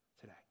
today